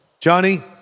Johnny